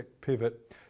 Pivot